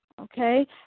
okay